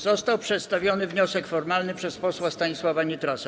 Został przedstawiony wniosek formalny przez posła Stanisława Nitrasa.